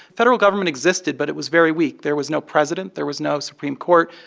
federal government existed, but it was very weak. there was no president. there was no supreme court,